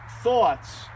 Thoughts